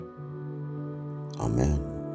Amen